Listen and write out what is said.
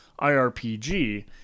IRPG